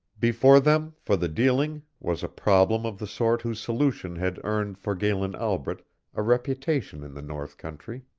before them, for the dealing, was a problem of the sort whose solution had earned for galen albret a reputation in the north country.